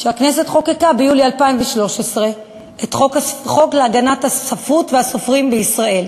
שהכנסת חוקקה ביולי 2013 חוק להגנת הספרות והסופרים בישראל,